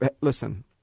Listen